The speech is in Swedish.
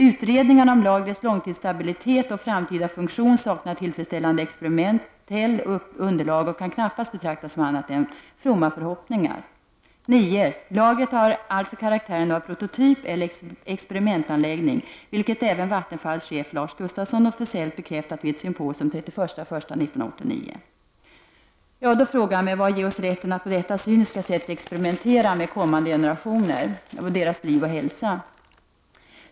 Utredningarna om lagrets långtidsstabilitet och framtida funktion saknar tillfredsställande experimentellt underlag och kan knappast betraktas som annat än fromma förhoppningar. 9. Lagret har alltså karaktären av prototyp eller experimentanläggning, vilket även Vattenfalls chef Lars Gustafsson officiellt bekräftat vid ett symposium den 31 januari 1989. Vad ger oss rätten att på detta cyniska sätt experimentera med framtida generationers liv och hälsa? 10.